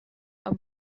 and